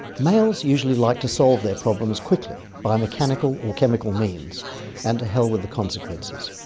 males usually like to solve their problems quickly, by mechanical or chemical means and to hell with the consequences.